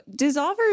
dissolvers